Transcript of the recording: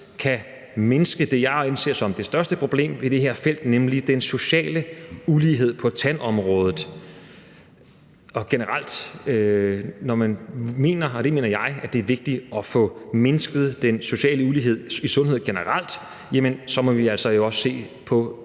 kan mindske det, jeg anser som det største problem i det her felt, nemlig den sociale ulighed på tandområdet. Og når man mener – og det mener jeg – at det er vigtigt at få mindsket den sociale ulighed i sundhed generelt, så må man jo også se på